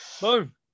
Boom